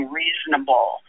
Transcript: reasonable